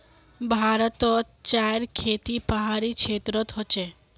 भारतोत चायर खेती पहाड़ी क्षेत्रोत होचे